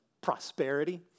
prosperity